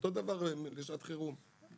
אותו דבר בשעת חירום.